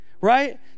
right